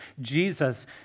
Jesus